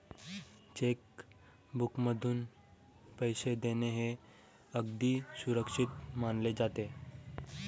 check बुकमधून पैसे देणे हे अगदी सुरक्षित मानले जाते